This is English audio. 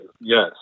Yes